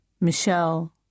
Michelle